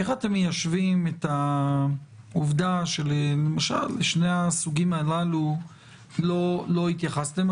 איך אתם מיישבים את העובדה שלמשל לשני הסוגים הללו לא התייחסתם?